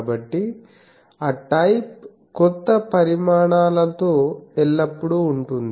కాబట్టి ఆ టైప్ క్రొత్త పరిణామాలతో ఎల్లప్పుడూ ఉంటుంది